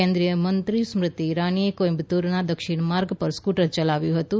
કેન્દ્રીયમંત્રી સ્મૃતિ ઈરાનીએ કોઈમ્બતુરના દક્ષિણ માર્ગ પર સ્ફૂટર ચલાવ્યું હતું